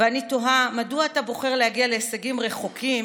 ואני תוהה מדוע אתה בוחר להגיע להישגים רחוקים